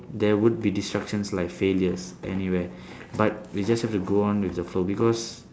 there would be distractions like failures anywhere but we just have to go on with the flow because